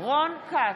רון כץ,